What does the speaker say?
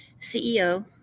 ceo